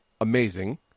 amazing